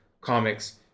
comics